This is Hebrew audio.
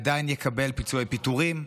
עדיין יקבל פיצויי פיטורים,